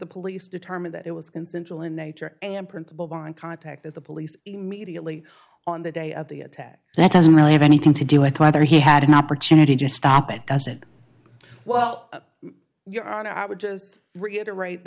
the police determined that it was consensual in nature and principal one contacted the police immediately on the day of the attack that doesn't really have anything to do with whether he had an opportunity to stop it well your honor i would just reiterate